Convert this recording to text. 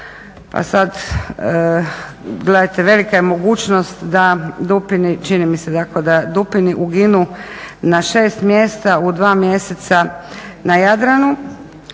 pa sada gledajte velika je mogućnost da dupini čini mi se tako da dupini uginu na 6 mjesta u dva mjeseca na Jadranu